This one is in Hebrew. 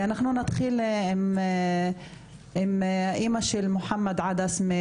אנחנו נתחיל עם האימא מג'לג'וליה.